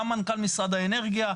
גם מנכ"ל משרד האנרגיה,